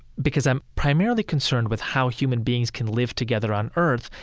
because i'm primarily concerned with how human beings can live together on earth,